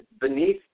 beneath